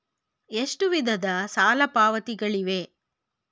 ಎಷ್ಟು ವಿಧದ ಸಾಲ ಪಾವತಿಗಳಿವೆ?